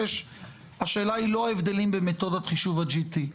השאלה היא לא ההבדלים במתודת חישוב ה-GT.